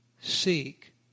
Seek